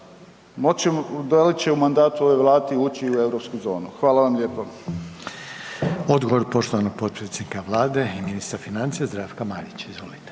li će u mandatu ove vlade ući u europsku zonu? Hvala vam lijepo? **Reiner, Željko (HDZ)** Odgovor poštovanog potpredsjednika vlade i ministra financija Zdravka Marića, izvolite.